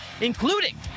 including